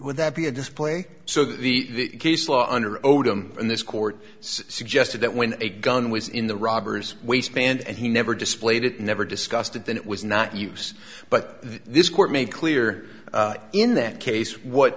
would that be a display so that the case law under odom and this court suggested that when a gun was in the robbers waistband and he never displayed it never discussed it then it was not use but this court made clear in that case what